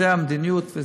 זאת המדיניות.